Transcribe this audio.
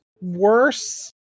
worse